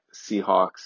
Seahawks